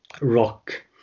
rock